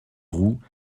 roux